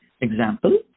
Example